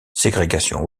ségrégation